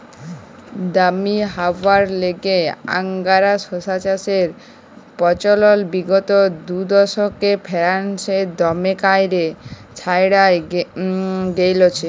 দামি হউয়ার ল্যাইগে আংগারা শশা চাষের পচলল বিগত দুদশকে ফারাল্সে দমে ক্যইরে ছইড়ায় গেঁইলছে